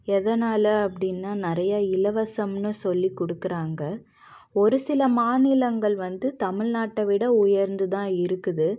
எதனால் அப்படின்னா நிறையா இலவசம்னு சொல்லி கொடுக்குறாங்க ஒரு சில மாநிலங்கள் வந்து தமிழ் நாட்டை விட உயர்ந்து தான் இருக்குது